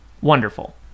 wonderful